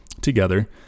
together